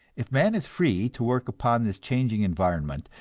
if man is free to work upon this changing environment,